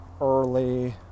early